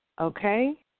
okay